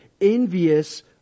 envious